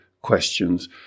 questions